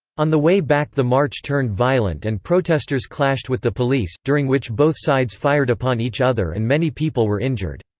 on the way back the march turned violent and protesters clashed with the police, during which both sides fired upon each other and many people were injured.